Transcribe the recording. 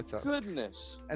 goodness